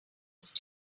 used